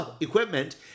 equipment